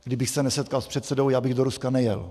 Kdybych se nesetkal s předsedou, já bych do Ruska nejel.